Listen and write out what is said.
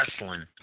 wrestling